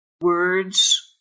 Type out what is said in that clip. words